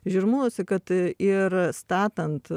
žirmūnuose kad ir statant